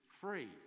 free